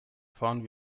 fahren